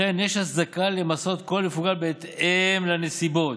לכן יש הצדקה למסות אלכוהול מפוגל בהתאם לנסיבות.